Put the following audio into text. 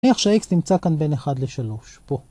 איך שה-x נמצא כאן בין 1 ל-3? פה.